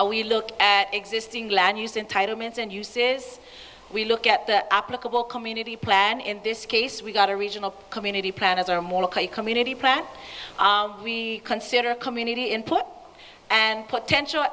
a we look at existing land use entitlements and uses we look at the applicable community plan in this case we've got a regional community plan as are more community plan we consider community input and potential